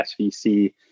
SVC